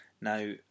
Now